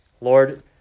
Lord